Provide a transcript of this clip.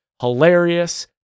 Hilarious